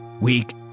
Weak